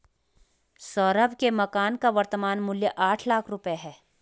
सौरभ के मकान का वर्तमान मूल्य आठ लाख रुपये है